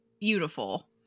beautiful